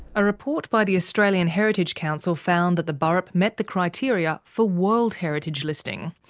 a report by the australian heritage council found that the burrup met the criteria for world heritage listing.